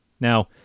Now